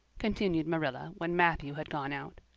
continued marilla when matthew had gone out.